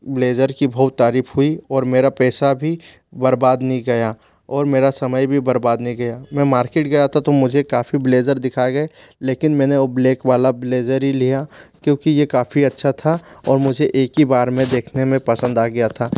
blazer की बहुत तारीफ हुई और मेरा पैसा भी बर्बाद नहीं गया और मेरा समय भी बर्बाद नहीं गया मैं मार्किट गया था तो मुझे काफ़ी ब्लेज़र दिखाए गए लेकिन मैंने वो ब्लेक वाला ब्लेज़र ही लिया क्योंकि ये काफ़ी अच्छा था और मुझे एक ही बार में देखने में पसंद आ गया था